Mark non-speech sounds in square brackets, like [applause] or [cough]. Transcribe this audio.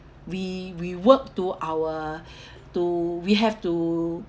we we work to our [breath] to we have to